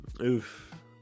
Oof